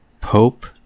Pope